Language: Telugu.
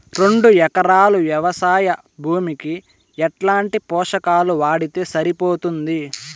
రెండు ఎకరాలు వ్వవసాయ భూమికి ఎట్లాంటి పోషకాలు వాడితే సరిపోతుంది?